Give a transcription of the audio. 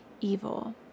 evil